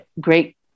great